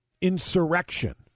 insurrection